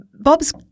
Bob's –